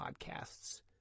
podcasts